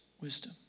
wisdom